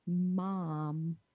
mom